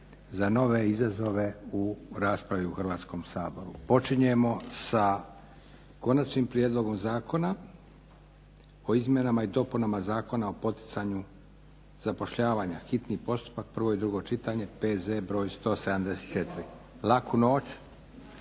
za nove izazove u raspravi u Hrvatskom saboru. Počinjemo sa Konačnim prijedlogom zakona o izmjenama i dopunama Zakonu o poticanju zapošljavanja, hitni postupak, prvo i drugo čitanje, PZ br. 174. Laku noć,